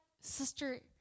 Sister